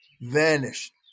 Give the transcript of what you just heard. vanished